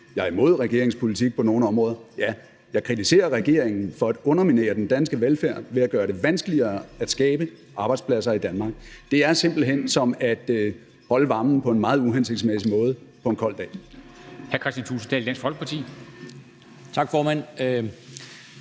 Jeg er imod regeringens politik på nogle områder, ja. Jeg kritiserer regeringen for at underminere den danske velfærd ved at gøre det vanskeligere at skabe arbejdspladser i Danmark. Det er simpelt hen som at holde varmen på en meget uhensigtsmæssig måde på en kold dag.